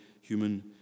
human